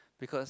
because